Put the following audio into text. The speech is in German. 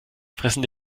fressen